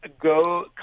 go